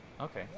Okay